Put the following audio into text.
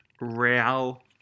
Real